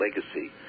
legacy